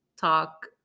talk